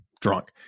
drunk